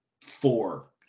four